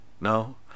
No